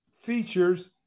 features